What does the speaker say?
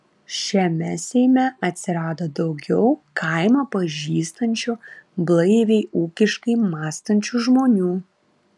šiame seime atsirado daugiau kaimą pažįstančių blaiviai ūkiškai mąstančių žmonių